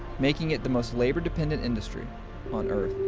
making it the most labor-dependent industry on earth.